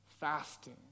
fasting